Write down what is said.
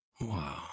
Wow